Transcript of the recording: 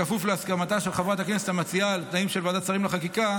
בכפוף להסכמתה של חברת הכנסת המציעה על התנאים של ועדת השרים לחקיקה,